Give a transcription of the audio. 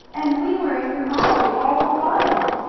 and we were in your auto all the while!